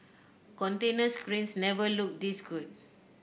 container cranes never looked this good